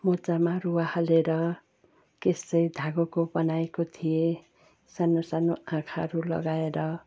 मोजामा रुवा हालेर केस चाहिँ धागोको बनाएको थिएँ सानो सानो आँखाहरू लगाएर